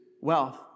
wealth